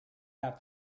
have